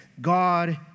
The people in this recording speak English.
God